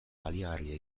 baliagarria